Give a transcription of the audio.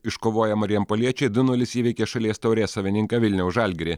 iškovoję marijampoliečiai du nulis įveikė šalies taurės savininką vilniaus žalgirį